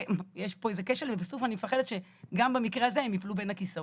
יש פה איזה כשל ובסוף אני מפחדת שגם במקרה זה הם ייפלו בין הכיסאות.